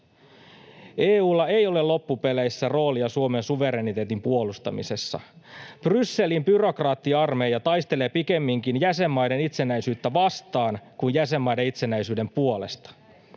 EU:lla ei ole loppupeleissä roolia Suomen suvereniteetin puolustamisessa. Brysselin byrokraattiarmeija taistelee pikemminkin jäsenmaiden itsenäisyyttä vastaan kuin jäsenmaiden itsenäisyyden puolesta.